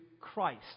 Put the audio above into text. Christ